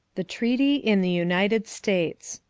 the treaty in the united states.